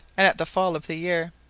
and at the fall of the year.